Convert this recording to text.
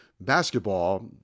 basketball